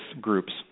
groups